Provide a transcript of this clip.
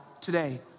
today